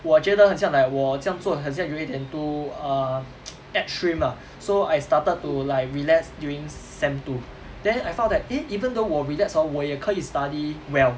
我觉得很像 like 我这样做很像有一点 too err extreme lah so I started to like relax during sem two then I found that eh even though 我 relax hor 我也可以 study well